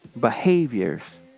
behaviors